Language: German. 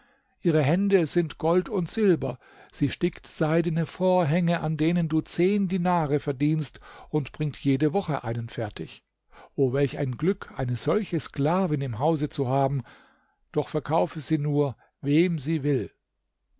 ihre hände sind gold und silber sie stickt seidene vorhänge an denen du zehn dinare verdienst und bringt jede woche einen fertig o welch ein glück eine solche sklavin im hause zu haben doch verkaufe sie nur wem sie will